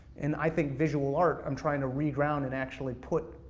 and i think visual art, i'm trying to reground and actually put